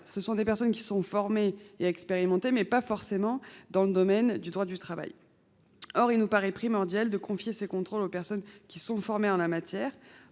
Certes, ces personnes sont formées et expérimentées, mais pas forcément dans le domaine du droit du travail. Il nous paraît primordial de confier ces contrôles aux personnes qui sont formées en la matière.